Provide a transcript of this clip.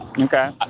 Okay